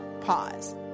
pause